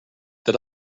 that